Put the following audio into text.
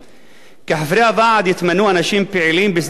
כחברי הוועד יתמנו אנשים פעילים בשדה החינוך,